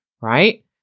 right